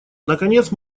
наконец